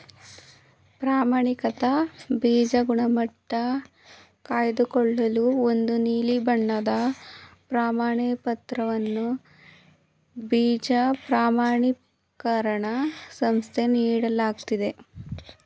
ಪ್ರಮಾಣಿತ ಬೀಜ ಗುಣಮಟ್ಟ ಕಾಯ್ದುಕೊಳ್ಳಲು ಒಂದು ನೀಲಿ ಬಣ್ಣದ ಪ್ರಮಾಣಪತ್ರವನ್ನು ಬೀಜ ಪ್ರಮಾಣಿಕರಣ ಸಂಸ್ಥೆ ನೀಡಲಾಗ್ತದೆ